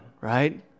right